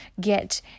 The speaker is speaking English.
get